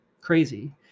crazy